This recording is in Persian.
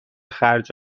خرج